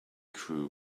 crew